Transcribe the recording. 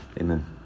Amen